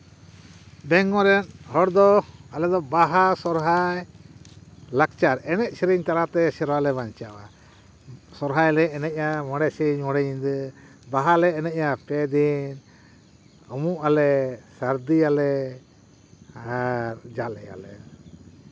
ᱵᱮᱝᱜᱚᱞ ᱨᱮᱱ ᱦᱚᱲ ᱫᱚ ᱟᱞᱮ ᱫᱚ ᱵᱟᱦᱟ ᱥᱚᱦᱨᱟᱭ ᱞᱟᱠᱪᱟᱨ ᱮᱱᱮᱡ ᱥᱮᱨᱮᱧ ᱛᱟᱞᱟᱛᱮ ᱥᱮᱨᱣᱟᱞᱮ ᱵᱟᱧᱪᱟᱣᱟ ᱥᱚᱦᱨᱟᱭ ᱞᱮ ᱮᱱᱮᱡᱟ ᱢᱚᱬᱮ ᱥᱤᱧ ᱢᱚᱬᱮ ᱧᱤᱫᱟᱹ ᱵᱟᱦᱟᱞᱮ ᱮᱱᱮᱡᱟ ᱯᱮ ᱫᱤᱱ ᱩᱢᱩᱜ ᱟᱞᱮ ᱥᱟᱹᱨᱫᱤᱭᱟᱞᱮ ᱟᱨ ᱡᱟᱞᱮᱭᱟᱞᱮ